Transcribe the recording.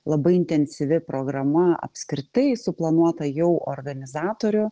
labai intensyvi programa apskritai suplanuota jau organizatorių